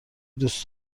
دوست